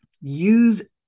Use